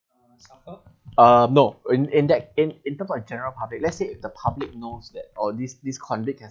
uh no in in that in in terms of general public let's say the public knows that or this this convict has